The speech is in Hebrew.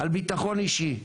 על ביטחון אישי,